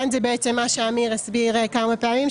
כאן זה בעצם מה שאמיר הסביר כמה פעמים,